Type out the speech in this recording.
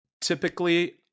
typically